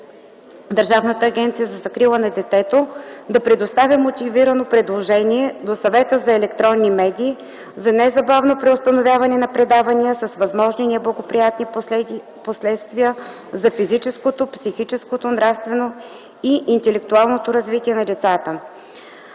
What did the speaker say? Държавната агенция за закрила на детето да предоставя мотивирано предложение до Съвета за електронни медии за незабавно преустановяване на предавания с възможни неблагоприятни последствия за физическото, психическото, нравствено и интелектуално развитие на децата.